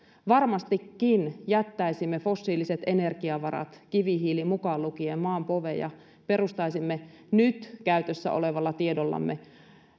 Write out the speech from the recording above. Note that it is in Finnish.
varmastikin jättäisimme fossiiliset energiavarat kivihiili mukaan lukien maan poveen ja perustaisimme nyt käytössä olevalla tiedollamme